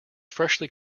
freshly